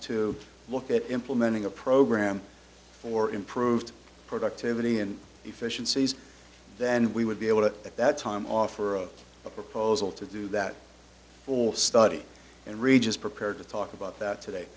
to look at implementing a program or improved productivity and efficiencies then we would be able to at that time offer up a proposal to do that for a study in regions prepared to talk about that today